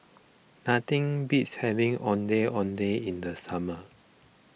nothing beats having Ondeh Ondeh in the summer